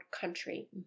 country